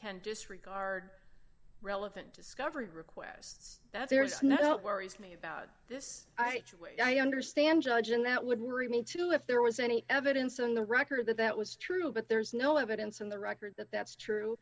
can disregard relevant discovered requests that there's no worries me about this i too am i understand judge and that would worry me too if there was any evidence on the record that that was true but there's no evidence in the record that that's true